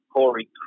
Corey